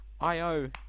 IO